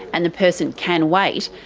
and the person can wait,